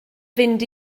fynd